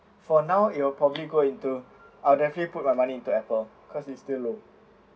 for now it will probably go into I'll definitely put my money into Apple because it still low